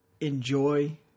enjoy